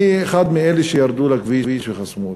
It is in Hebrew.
אני אחד מאלה שירדו לכביש וחסמו אותו.